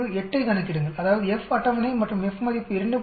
438 ஐக் கணக்கிடுங்கள் அதாவது F அட்டவணை மற்றும் F மதிப்பு 2